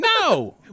no